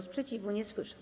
Sprzeciwu nie słyszę.